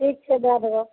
ठीक छै दए देबऽ